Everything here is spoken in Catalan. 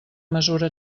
mesura